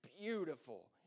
beautiful